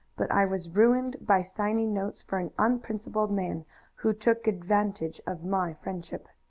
but i was ruined by signing notes for an unprincipled man who took advantage of my friendship.